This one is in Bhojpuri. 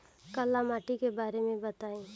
काला माटी के बारे में बताई?